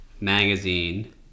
Magazine